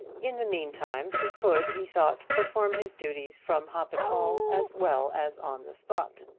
in the meantime he could, he thought, perform his duties from hoppet hall as well as on the spot.